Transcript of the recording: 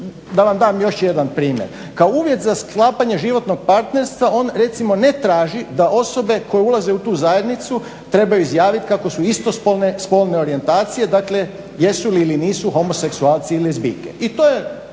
da vam dam još jedan primjer, kao uvjet za sklapanje životnog partnerstva on recimo ne traži da osobe koje ulaze u tu zajednicu trebaju izjaviti kako su istospolne spolne orijentacije dakle jesu ili nisu homoseksualci i lezbijske